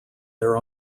their